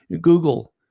Google